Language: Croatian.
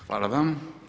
Hvala vam.